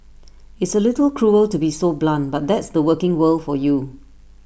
it's A little cruel to be so blunt but that's the working world for you